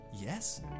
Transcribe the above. Yes